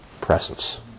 presence